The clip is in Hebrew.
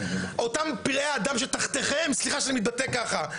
אותם פראי אדם שתחתיכם, סליחה שאני מתבטא ככה.